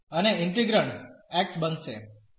તેથી અને integrand x બનશે